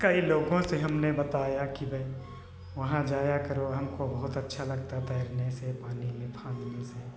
कई लगों से हमने बताया कि बै वहां जाया करो हमको बहुत अच्छा लगता तैरने से पानी में फानने से